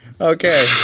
Okay